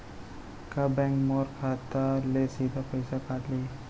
का बैंक मोर खाता ले सीधा पइसा काट लिही?